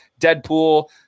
Deadpool